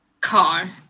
car